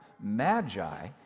Magi